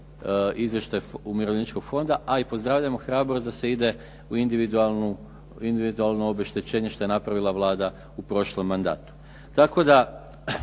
izvještaj Umirovljeničkog fonda, a i pozdravljamo hrabrost da se ide u individualno obeštećenje što je napravila Vlada u prošlom mandatu. Tako da